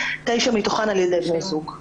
תשע מתוכן על-ידי בני זוג.